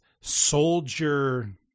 soldier